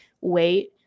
wait